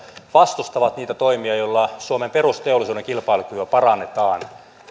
vastustavat niitä toimia joilla suomen perusteollisuuden kilpailukykyä parannetaan